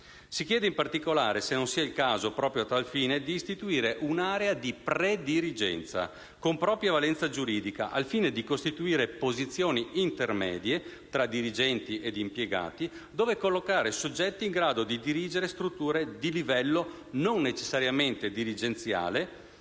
Si chiede, in particolare, se non sia il caso, proprio a tal fine, di istituire un'area di predirigenza con propria valenza giuridica, al fine di costituire posizioni intermedie tra dirigenti ed impiegati, dove collocare soggetti in grado di dirigere strutture di livello non necessariamente dirigenziale